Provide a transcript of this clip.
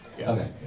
Okay